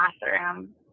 bathroom